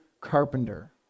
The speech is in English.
carpenter